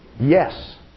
Yes